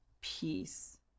peace